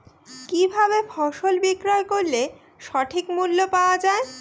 কি ভাবে ফসল বিক্রয় করলে সঠিক মূল্য পাওয়া য়ায়?